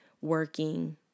working